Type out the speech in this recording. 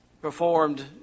performed